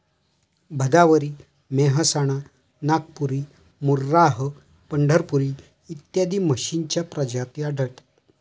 भदावरी, मेहसाणा, नागपुरी, मुर्राह, पंढरपुरी इत्यादी म्हशींच्या प्रजाती आढळतात